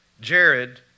Jared